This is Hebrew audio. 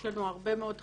יש לנו הרבה מאוד חייבים,